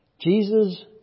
Jesus